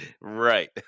Right